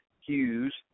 hughes